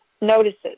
notices